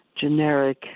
generic